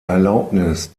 erlaubnis